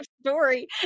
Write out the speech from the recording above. story